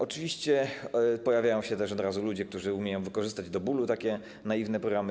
Oczywiście pojawiają się też od razu ludzie, którzy umieją wykorzystać do bólu takie naiwne programy.